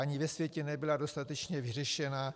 Ani ve světě nebyla dostatečně vyřešena.